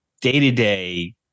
day-to-day